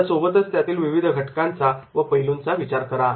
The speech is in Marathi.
या सोबतच त्यातील विविध घटकांचा व पैलूंचा विचार करा